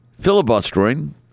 filibustering